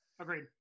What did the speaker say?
Agreed